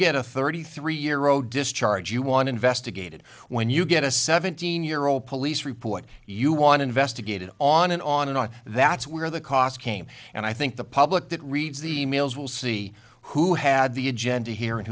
get a thirty three year old discharge you want investigated when you get a seventeen year old police report you want investigated on and on and on that's where the cost came and i think the public that reads the e mails will see who had the agenda he